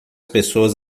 pessoas